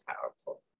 powerful